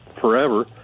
forever